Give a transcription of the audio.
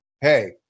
hey